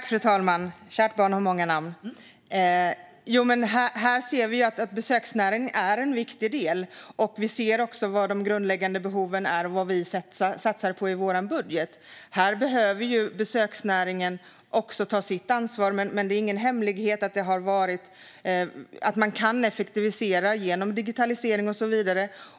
Fru talman! Vi ser ju att besöksnäringen är en viktig del. Vi ser också vad de grundläggande behoven är och vad vi satsar på i vår budget. Besöksnäringen behöver också ta sitt ansvar, men det är ingen hemlighet att man kan effektivisera genom digitalisering och så vidare.